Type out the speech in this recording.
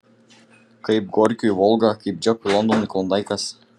kaip gorkiui volga kaip džekui londonui klondaikas